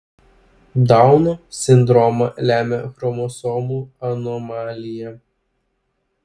dauno sindromą lemia chromosomų anomalija